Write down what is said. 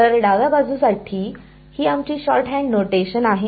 तर डाव्या बाजूसाठी ही आमची शॉर्टहँड नोटेशन आहे